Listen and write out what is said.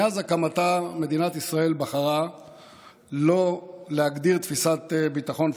מאז הקמתה מדינת ישראל בחרה לא להגדיר תפיסת ביטחון פורמלית,